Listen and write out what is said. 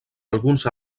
alguns